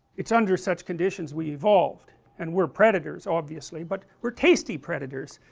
it's under such conditions we evolved and we are predators obviously but we are tasty predators,